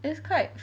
is quite